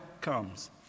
comes